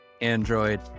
Android